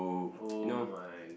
oh my